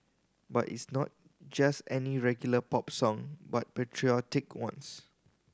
but it's not just any regular pop song but patriotic ones